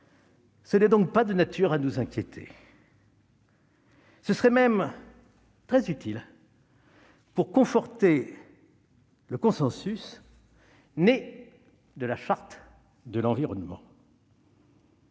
n'est donc pas de nature à nous inquiéter. Ce serait même très utile pour conforter le consensus né de la Charte de l'environnement